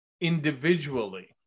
individually